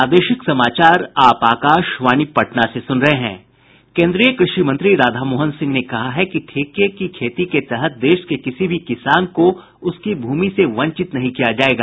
केन्द्रीय कृषि मंत्री राधा मोहन सिंह ने कहा है कि ठेके की खेती के तहत देश के किसी भी किसान को उसकी भूमि से वंचित नहीं किया जायेगा